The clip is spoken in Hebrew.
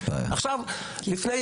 לפני